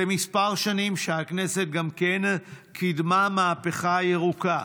זה כמה שנים שהכנסת גם מקדמת מהפכה ירוקה: